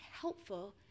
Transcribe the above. helpful